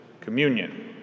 communion